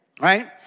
right